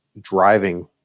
driving